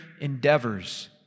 endeavors